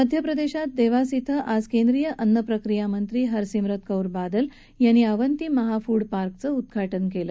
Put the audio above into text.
मध्य प्रदेशात देवास िं आज केंद्रीय अन्न प्रक्रिया मंत्री हरसिमरत कौर बादल यांनी अवंती महा फूड पार्कचं उद्वाटन केलं